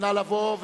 נא לבוא.